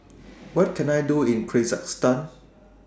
What Can I Do in Kyrgyzstan